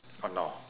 !hannor!